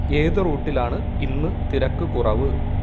ഏത് റൂട്ടിലാണ് ഇന്ന് തിരക്ക് കുറവ്